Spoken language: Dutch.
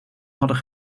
hadden